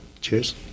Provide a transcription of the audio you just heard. cheers